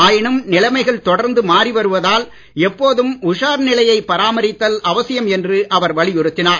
ஆயினும் நிலைமைகள் தொடர்ந்து மாறிவருவதால் எப்போதும் உஷார் நிலையை பராமரித்தல் அவசியம் என்று அவர் வலியுறுத்தினார்